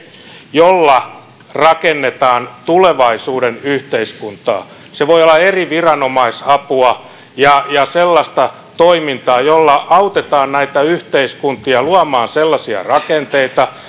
jolla rakennetaan tulevaisuuden yhteiskuntaa se voi olla eri viranomaisapua ja sellaista toimintaa jolla autetaan näitä yhteiskuntia luomaan sellaisia rakenteita